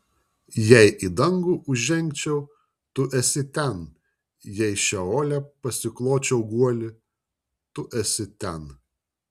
jei į dangų užžengčiau tu esi ten jei šeole pasikločiau guolį tu esi ten